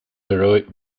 heroic